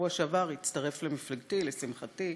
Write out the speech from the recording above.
בשבוע שעבר הצטרף למפלגתי, לשמחתי,